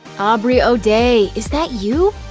aubrey o'day, is that you?